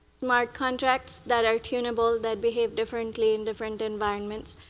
smart contracts that are tuneable, that behave differently in different environments,